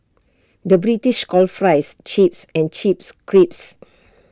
the British calls Fries Chips and Chips Crisps